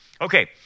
Okay